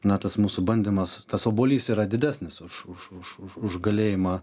na tas mūsų bandymas tas obuolys yra didesnis už už už už galėjimą